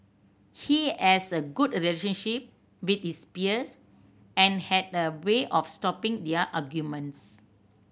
he has a good relationship with his peers and had a way of stopping their arguments